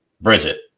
Bridget